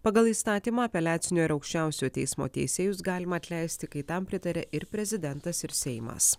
pagal įstatymą apeliacinio ir aukščiausiojo teismo teisėjus galima atleisti kai tam pritaria ir prezidentas ir seimas